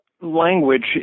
language